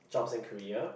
jobs and career